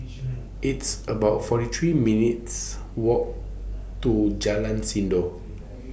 It's about forty three minutes' Walk to Jalan Sindor